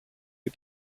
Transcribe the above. και